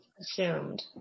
assumed